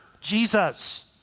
Jesus